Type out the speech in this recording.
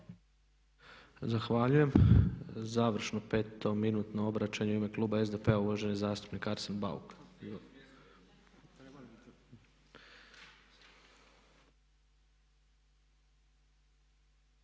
Zahvaljujem. Završno 5. minutno obraćanje u ime Kluba SDP-a uvaženi zastupnik Arsen Bauk.